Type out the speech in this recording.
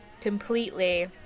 completely